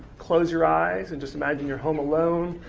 close your eyes and just imagine you're home alone,